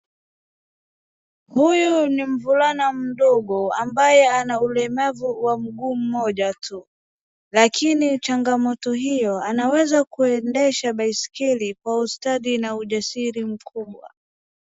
Huyu ni mvulana mdogo ambaye ana ulemavu wa mguu mmoja tu lakini changamoto hiyo anaweza kendesha baiskeli kwa ustadi na ujasili mkubwa.